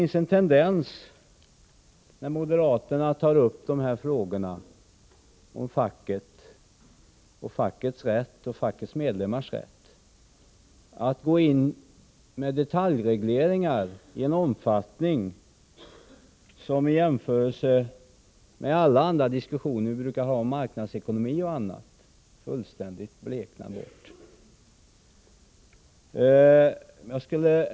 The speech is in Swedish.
När moderaterna tar upp frågorna om facket, fackets rätt och fackets medlemmars rätt, finns det en tendens att gå in med detaljregleringar i en omfattning som gör att de regleringar som diskuteras inom marknadsekonomin fullständigt bleknar bort.